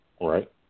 Right